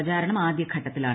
പ്രചാരണം ആദ്യ ഘട്ടത്തിലാണ്